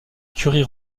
curie